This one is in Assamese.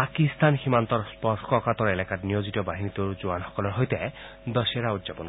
পাকিস্তান সীমান্তৰ স্পৰ্শকাতৰ এলেকাত নিয়োজিত বাহিনীটোৰ জোৱানসকলৰ সৈতে দশহেৰা উদযাপন কৰিব